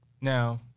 now